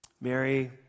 Mary